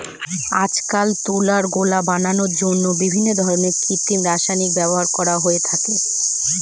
আজকাল তুলার গোলা বানানোর জন্য বিভিন্ন ধরনের কৃত্রিম রাসায়নিকের ব্যবহার করা হয়ে থাকে